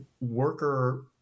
worker